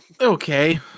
okay